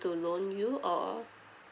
to loan you or